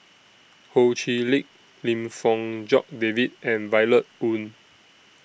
Ho Chee Lick Lim Fong Jock David and Violet Oon